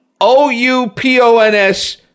O-U-P-O-N-S